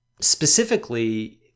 Specifically